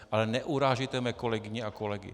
Ale neurážejte mé kolegyně a kolegy.